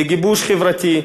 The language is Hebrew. לגיבוש חברתי,